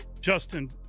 Justin